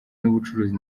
n’ubucuruzi